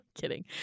kidding